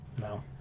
No